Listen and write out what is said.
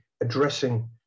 addressing